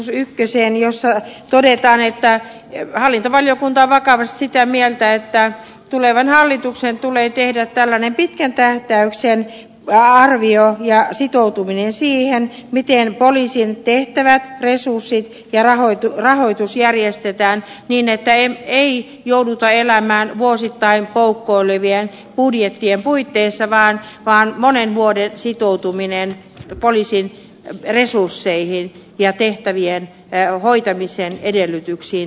lausumaehdotukseen jossa todetaan että hallintovaliokunta on vakavasti sitä mieltä että tulevan hallituksen tulee tehdä tällainen pitkän tähtäyksen arvio ja sitoutuminen siihen miten poliisin tehtävät resurssit ja rahoitus järjestetään niin että ei jouduta elämään vuosittain poukkoilevien budjettien puitteissa vaan tulee tehdä monen vuoden sitoutuminen poliisin resursseihin ja tehtävien hoitamisen edellytyksiin